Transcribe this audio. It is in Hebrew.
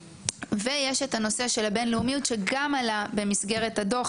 יש את הנושא של הבין-לאומיות שגם עלה במסגרת הדוח